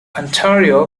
ontario